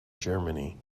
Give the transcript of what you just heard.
germany